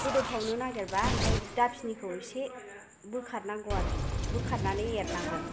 गोदौफावनो नागेरबा ओमफाय दाखिनिखौ एसे बोखारनांगौ आरो बोखारनानै एरनांगौ